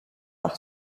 par